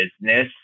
business